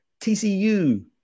TCU